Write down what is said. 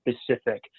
specific